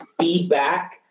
feedback